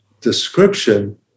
description